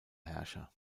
herrscher